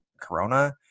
corona